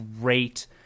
great